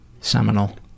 seminal